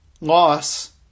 loss